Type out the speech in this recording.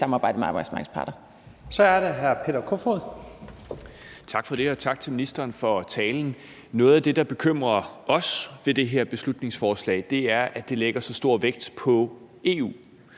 Så er det hr. Peter Kofod. Kl. 12:05 Peter Kofod (DF): Tak for det. Og tak til ministeren for talen. Noget af det, der bekymrer os ved det her beslutningsforslag, er, at det lægger så stor vægt på EU.